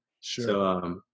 Sure